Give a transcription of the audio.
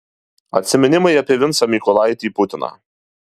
atsiminimai apie vincą mykolaitį putiną